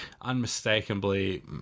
unmistakably